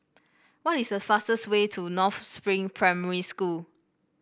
what is the fastest way to North Spring Primary School